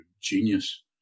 genius